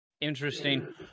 Interesting